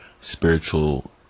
spiritual